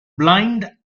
blind